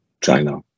China